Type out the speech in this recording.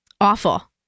Awful